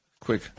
quick